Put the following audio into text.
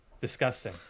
Disgusting